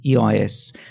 EIS